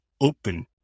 open